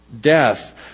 death